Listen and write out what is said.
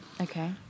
Okay